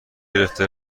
گرفته